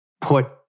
put